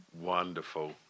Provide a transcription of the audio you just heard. Wonderful